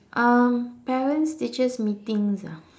um parents teachers meetings ah